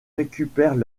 récupèrent